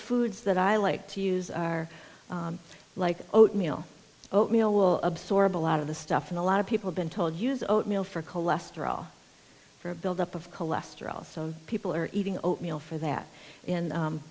foods that i like to use are like oatmeal oatmeal will absorb a lot of the stuff and a lot of people been told use oatmeal for cholesterol for a buildup of cholesterol so people are eating oatmeal for that and